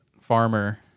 farmer